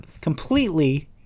completely